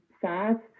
sad